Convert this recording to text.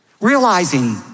Realizing